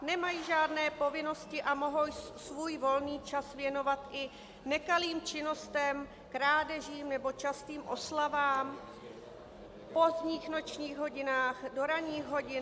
Nemají žádné povinnosti a mohou svůj volný čas věnovat i nekalým činnostem, krádežím nebo častým oslavám v pozdních nočních hodinách, do ranních hodin.